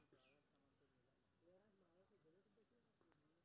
हम ऑनलाइन अपन खाता केना खोलाब?